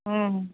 ह्म्म